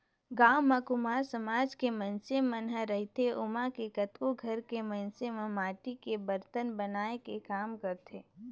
गाँव म कुम्हार समाज के मइनसे मन ह रहिथे ओमा के कतको घर के मइनस मन ह माटी के बरतन बनाए के काम करथे